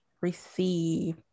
receive